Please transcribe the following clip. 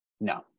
No